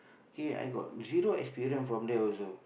K I got zero experience from that also